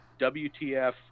WTF